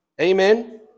Amen